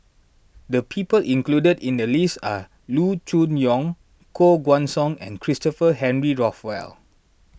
the people included in the list are Loo Choon Yong Koh Guan Song and Christopher Henry Rothwell